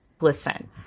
listen